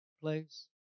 place